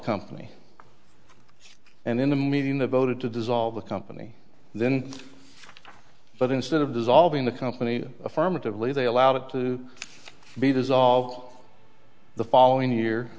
company and in the meeting the voted to dissolve the company then but instead of dissolving the company affirmatively they allowed it to be dissolved the following year